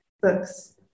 books